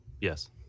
Yes